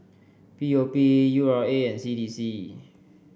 P O P U R A and C D C